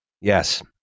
Yes